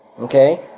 okay